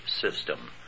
system